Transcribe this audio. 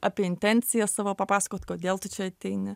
apie intencijas savo papasakot kodėl tu čia ateini